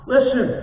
Listen